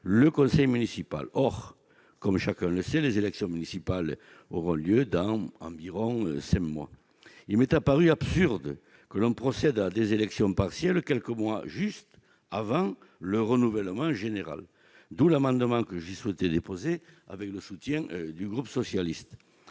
le conseil municipal, or, comme chacun le sait, les élections municipales auront lieu dans environ, c'est moi, il m'est apparu absurde que l'on procède à des élections partielles quelques mois juste avant le renouvellement général, d'où l'amendement que j'ai souhaité déposé avec le soutien du groupe socialiste